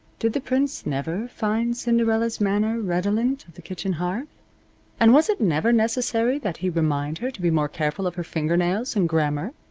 did the prince never find cinderella's manner redolent of the kitchen hearth and was it never necessary that he remind her to be more careful of her finger-nails and grammar?